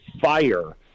fire –